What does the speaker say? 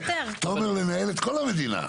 לנהל את כל המדינה.